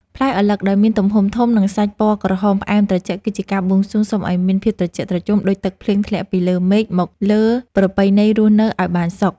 ផ្លែឪឡឹកដែលមានទំហំធំនិងសាច់ពណ៌ក្រហមផ្អែមត្រជាក់គឺជាការបួងសួងសុំឱ្យមានភាពត្រជាក់ត្រជុំដូចទឹកភ្លៀងធ្លាក់ពីលើមេឃមកលើប្រពៃណីរស់នៅឱ្យបានសុខ។